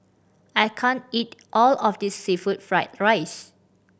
I can't eat all of this seafood fried rice